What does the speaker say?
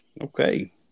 okay